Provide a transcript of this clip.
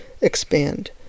expand